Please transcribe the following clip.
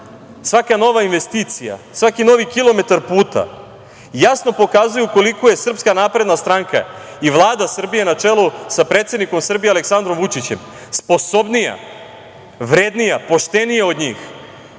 svaka nova investicija, svaki novi kilometar puta jasno pokazuju koliko je SNS i Vlada Srbije na čelu sa predsednikom Srbije Aleksandrom Vučićem sposobnija, vrednija, poštenija od njih